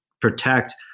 protect